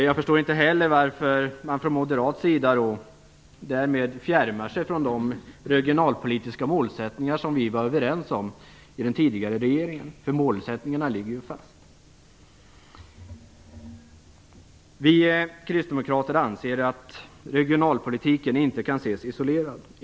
Jag förstår inte heller varför man från moderat sida därmed fjärmar sig från de regionalpolitiska mål som vi var överens om i den tidigare regeringen. Målen ligger fast. Vi kristdemokrater anser att regionalpolitiken inte kan ses isolerad.